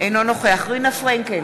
אינו נוכח רינה פרנקל,